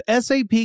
SAP